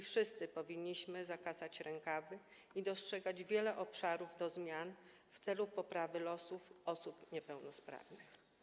Wszyscy powinniśmy zakasać rękawy i dostrzegać wiele obszarów wymagających zmian w celu poprawy losu osób niepełnosprawnych.